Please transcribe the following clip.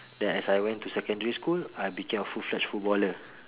then as I went to secondary school I became a full fledged footballer